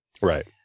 Right